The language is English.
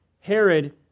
Herod